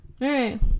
right